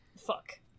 fuck